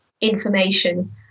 information